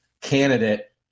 candidate